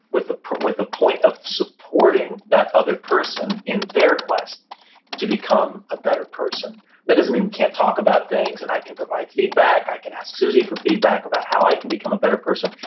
with ah with a point of supporting that other person in their quest to become a better person that doesn't mean we can't talk about things, and i can provide feedback, i can ask suzy for feedback, about how i can become a better person,